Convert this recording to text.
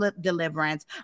deliverance